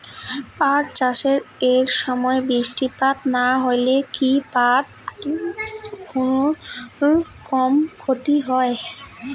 পাট চাষ এর সময় বৃষ্টিপাত না হইলে কি পাট এর কুনোরকম ক্ষতি হয়?